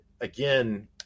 again